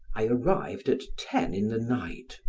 i arrived at ten in the night.